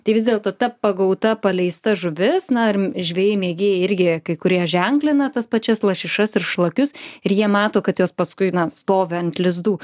tai vis dėlto ta pagauta paleista žuvis na ar žvejai mėgėjai irgi kai kurie ženklina tas pačias lašišas ir šlakius ir jie mato kad jos paskui na stovi ant lizdų